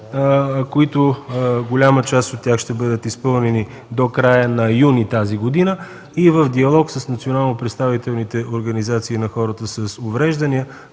срокове, голяма част от които ще бъдат изпълнени до края на юни тази година и в диалог с национално представителните организации на хората с увреждания.